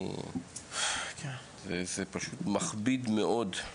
זה פשוט מכביד מאוד.